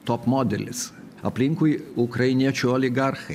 top modelis aplinkui ukrainiečių oligarchai